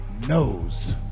knows